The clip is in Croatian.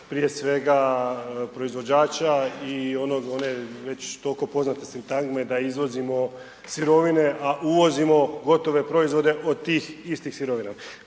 prije svega proizvođača i onog, one već tolko poznate sintagme da izvozimo sirovine, a uvozimo gotove proizvode od tih istih sirovina.